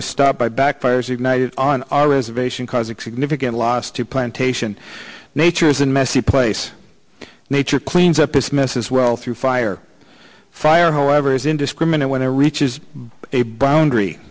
was stopped by back fires ignited on our reservation causing significant loss to plantation nature isn't messy place nature cleans up its messes well through fire fire however is indiscriminate when i reaches a boundary